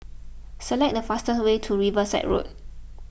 select the fastest way to Riverside Road